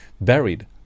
buried